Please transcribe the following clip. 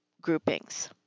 groupings